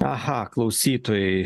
aha klausytojai